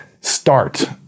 start